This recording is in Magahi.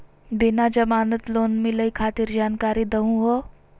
बिना जमानत लोन मिलई खातिर जानकारी दहु हो?